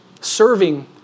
serving